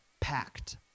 packed